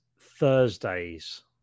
Thursdays